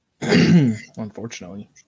Unfortunately